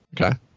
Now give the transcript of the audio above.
Okay